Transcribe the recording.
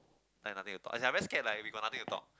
like nothing to talk as in I very scared like we got nothing to talk